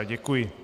Děkuji.